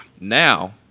Now